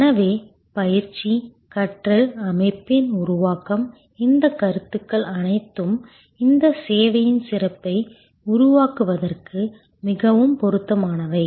எனவே பயிற்சி கற்றல் கற்றல் அமைப்பின் உருவாக்கம் இந்த கருத்துக்கள் அனைத்தும் இந்த சேவையின் சிறப்பை உருவாக்குவதற்கு மிகவும் பொருத்தமானவை